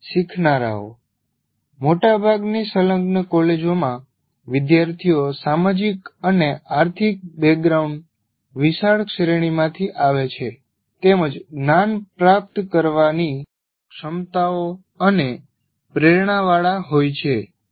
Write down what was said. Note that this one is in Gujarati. શીખનારાઓ મોટાભાગની સંલગ્ન કોલેજોમાં વિદ્યાર્થીઓ સામાજિક અને આર્થિક બેકગ્રાઉન્ડ વિશાળ શ્રેણીમાંથી આવે છે તેમજ જ્ઞાન પ્રાપ્ત કરવાની ક્ષમતાઓ અને પ્રેરણાવાળા હોય છે